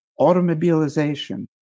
automobilization